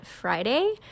Friday